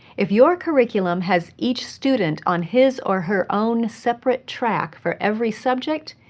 if your curriculum has each student on his or her own separate track for every subject,